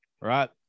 right